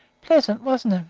pleasant, wasn't